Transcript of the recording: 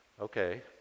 Okay